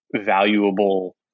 valuable